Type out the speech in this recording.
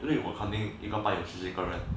因为我 accounting 一个班有十几个人